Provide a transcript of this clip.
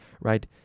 right